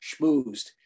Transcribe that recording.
schmoozed